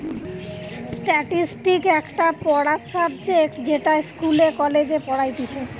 statistics একটা পড়ার subject যেটা ইস্কুলে, কলেজে পড়াইতিছে